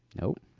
Nope